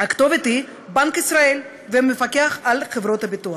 הכתובת היא בנק ישראל והמפקח על חברות הביטוח,